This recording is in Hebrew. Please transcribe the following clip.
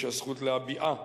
יש הזכות להביעה.